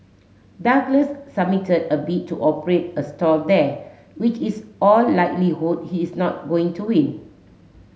Douglas submitted a bid to operate a stall there which is all likelihood he is not going to win